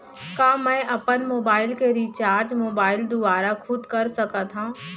का मैं अपन मोबाइल के रिचार्ज मोबाइल दुवारा खुद कर सकत हव?